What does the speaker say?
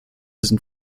sind